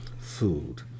food